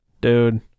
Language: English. dude